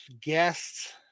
guests